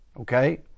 Okay